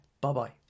Bye-bye